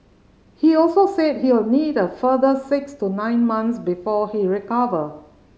he also said he will need a further six to nine months before he recover